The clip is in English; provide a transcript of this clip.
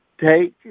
take